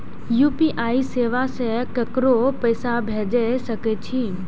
UPI सेवा से ककरो पैसा भेज सके छी?